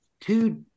two